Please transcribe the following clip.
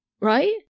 right